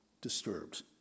disturbed